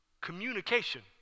communication